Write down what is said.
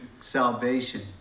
salvation